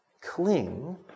Cling